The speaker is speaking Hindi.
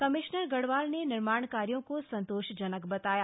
कमिश्नर गढ़वाल ने निर्माण कार्यो को संतोषजनक बताया